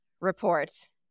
reports